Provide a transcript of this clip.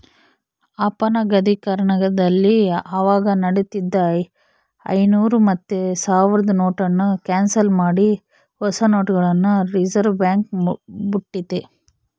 ಅಪನಗದೀಕರಣದಲ್ಲಿ ಅವಾಗ ನಡೀತಿದ್ದ ಐನೂರು ಮತ್ತೆ ಸಾವ್ರುದ್ ನೋಟುನ್ನ ಕ್ಯಾನ್ಸಲ್ ಮಾಡಿ ಹೊಸ ನೋಟುಗುಳ್ನ ರಿಸರ್ವ್ಬ್ಯಾಂಕ್ ಬುಟ್ಟಿತಿ